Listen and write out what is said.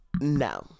No